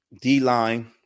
D-line